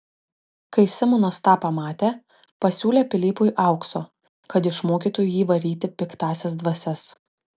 kai simonas tą pamatė pasiūlė pilypui aukso kad išmokytų jį varyti piktąsias dvasias